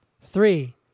Three